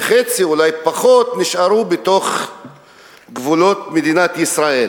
וחצי, אולי פחות, נשארו בתוך גבולות מדינת ישראל